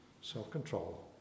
self-control